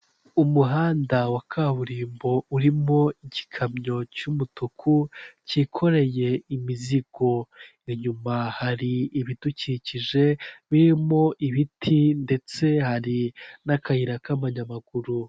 Umuhanda wa kaburimbo urimo igikamyo cy'umutuku, kikoreye imizigo, inyuma hari ibidukikije birimo ibiti ndetse hari n'akayira k'amayamaguru.